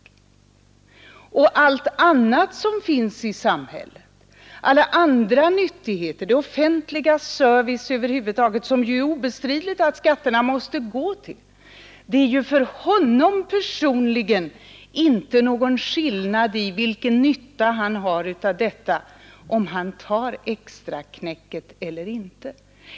Vad gäller allt annat som finns i samhället, alla andra nyttigheter, den offentliga service över huvud taget som skatterna obestridligen måste gå till, så blir det ju inte någon skillnad för honom personligen i fråga om den nytta han har av detta om han tar extraknäcket eller inte.